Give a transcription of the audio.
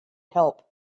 help